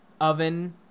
oven